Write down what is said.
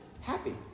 happy